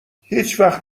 هیچوقت